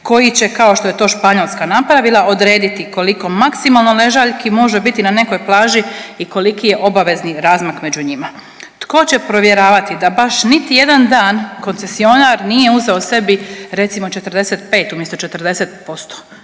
koji će, kao što je to Španjolska napravila, odrediti koliko maksimalno ležaljki može biti na nekoj plaži i koliki je obavezni razmak među njima. Tko će provjeravati da baš niti jedan dan koncesionar nije uzeo sebi, recimo 45, umjesto 40%.